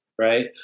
right